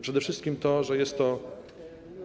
Przede wszystkim to, że jest to